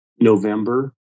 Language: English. November